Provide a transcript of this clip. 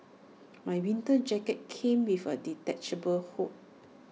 my winter jacket came with A detachable hood